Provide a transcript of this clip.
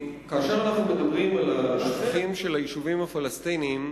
כאשר אנחנו מדברים על השפכים של היישובים הפלסטיניים,